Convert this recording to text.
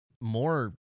more